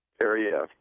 area